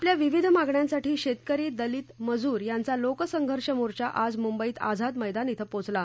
आपल्या विविध मागण्यांसाठी शेतकरी दलित मजूर यांचा लोकसंघर्ष मोर्चा आज मुंबईत आझाद मद्दीन िक्षे पोचला